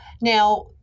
now